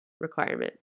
Requirement